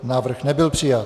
Návrh nebyl přijat.